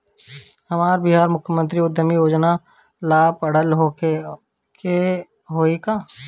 हमरा बिहार मुख्यमंत्री उद्यमी योजना ला पढ़ल होखे के होई का?